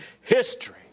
history